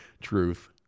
truth